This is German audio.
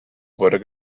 wurde